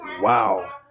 Wow